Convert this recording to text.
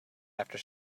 after